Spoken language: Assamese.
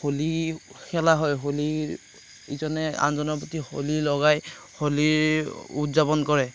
হোলী খেলা হয় হোলীৰ ইজনে আনজনৰ প্ৰতি হোলী লগায় হোলীৰ উদযাপন কৰে